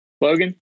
Logan